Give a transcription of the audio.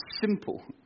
simple